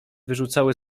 wyrzucały